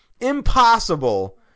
impossible